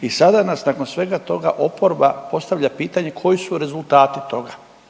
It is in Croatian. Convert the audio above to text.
I sada nas nakon toga svega toga oporba postavlja pitanje koji su rezultati toga.